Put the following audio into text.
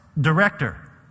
director